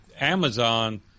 Amazon